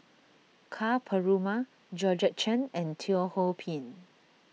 Ka Perumal Georgette Chen and Teo Ho Pin